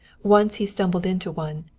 once he stumbled into one,